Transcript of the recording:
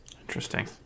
Interesting